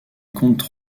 comptent